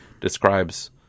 describes